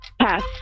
Pass